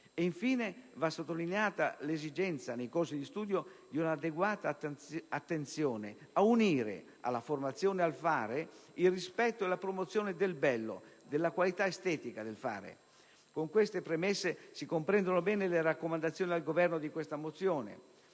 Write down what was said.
Infine, va sottolineata l'esigenza, nei corsi di studio, di un'adeguata attenzione a unire alla formazione al fare, il rispetto e la promozione del bello, della qualità estetica del fare. Con queste premesse, si comprendono bene le raccomandazioni al Governo di questa mozione: